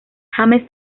james